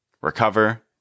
recover